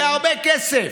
זה הרבה כסף.